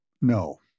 No